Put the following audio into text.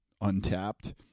untapped